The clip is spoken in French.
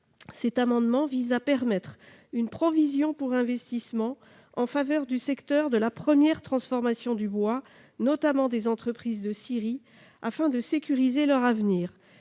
Cet amendement vise à permettre une provision pour investissement en faveur du secteur de la première transformation du bois, notamment les entreprises de scierie, afin de sécuriser leur avenir.